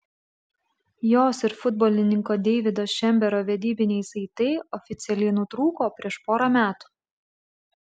jos ir futbolininko deivido šembero vedybiniai saitai oficialiai nutrūko prieš porą metų